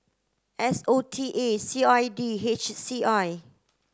S O T A C I D H C I